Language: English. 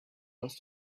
must